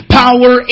power